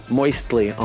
moistly